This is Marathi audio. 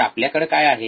तर आपल्याकडे काय आहे